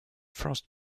first